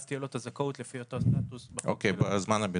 אז תהיה לו הזכאות לפי אותו סטטוס --- זמן הבידוד.